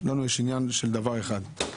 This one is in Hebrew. לנו יש עניין של דבר אחד,